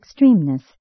extremeness